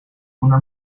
una